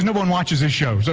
and one watches this show. so